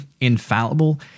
infallible